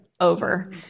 over